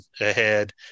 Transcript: ahead